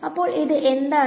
അപ്പോൾ ഇത് എന്താണ്